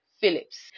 Phillips